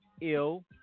ill